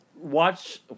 Watch